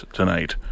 tonight